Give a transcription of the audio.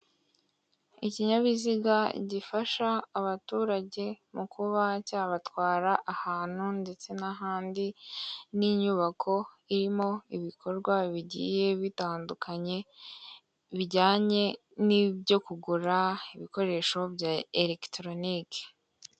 Ikinyabiziga gifasha abaturage mu kuba cyabatwara ahantu ndetse n'ahandi, n'inyubako irimo ibikorwa bigiye bitandukanye, bijyanye n'ibyo kugura ibikoresho bya elekitoronike.